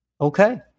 Okay